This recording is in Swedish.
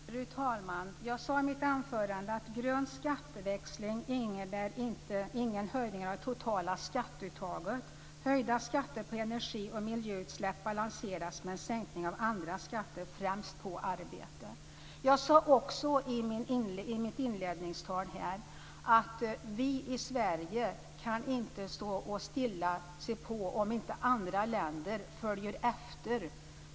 Fru talman! Jag sade i mitt anförande att grön skatteväxling inte innebär någon höjning av det totala skatteuttaget. Höjda skatter på energi och miljöutsläpp balanseras med en sänkning av andra skatter, främst på arbete. Jag sade också i mitt inledningsanförande att vi i Sverige inte stilla kan se på om andra länder inte följer efter.